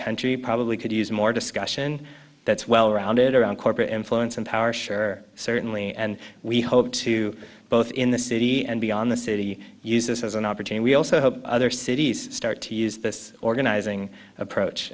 country probably could use more discussion that's well rounded around corporate influence and power share certainly and we hope to both in the city and beyond the city use this as an opportune we also hope other cities start to use this organizing approach